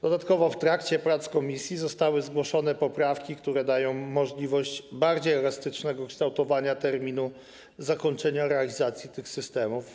Dodatkowo w trakcie prac komisji zostały zgłoszone poprawki, które dają możliwość bardziej elastycznego kształtowania terminu zakończenia realizacji tych systemów.